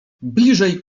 bliżej